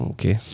Okay